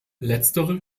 letztere